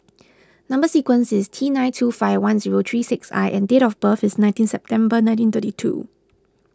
Number Sequence is T nine two five one zero three six I and date of birth is nineteen September nineteen thirty two